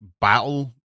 battle